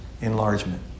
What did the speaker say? enlargement